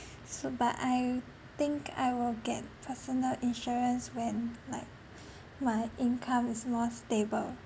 s~ but I think I will get personal insurance when like my income is more stable